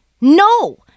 No